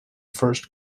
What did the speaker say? first